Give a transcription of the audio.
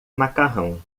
macarrão